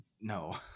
No